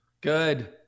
Good